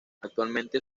actualmente